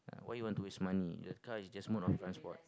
why you want to waste money the car is just mode of transport